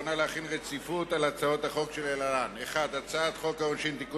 דין רציפות על הצעת חוק העונשין (תיקון